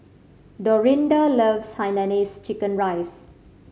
Dorinda loves hainanese chicken rice